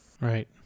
Right